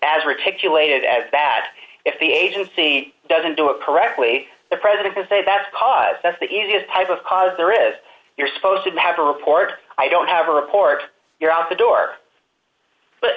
ridiculous as bad if the agency doesn't do a correctly the president can say that because that's the easiest type of cause there is you're supposed to have a report i don't have a report you're out the door but